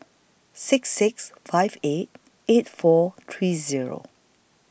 six six five eight eight four three Zero